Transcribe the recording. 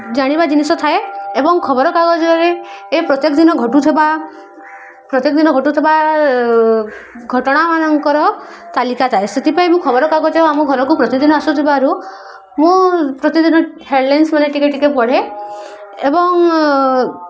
ଜାଣିବା ଜିନିଷ ଥାଏ ଏବଂ ଖବରକାଗଜରେ ଏ ପ୍ରତ୍ୟେକ ଦିନ ଘଟୁଥିବା ପ୍ରତ୍ୟେକ ଦିନ ଘଟୁଥିବା ଘଟଣାମାନଙ୍କର ତାଲିକା ଥାଏ ସେଥିପାଇଁ ମୁଁ ଖବରକାଗଜ ଆମ ଘରକୁ ପ୍ରତିଦିନ ଆସୁଥିବାରୁ ମୁଁ ପ୍ରତିଦିନ ହେଡ଼ଲାଇନ୍ସ ମାନ ଟିକେ ଟିକେ ପଢ଼େ ଏବଂ